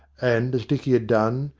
and, as dicky had done,